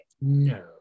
No